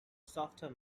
softer